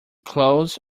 clothes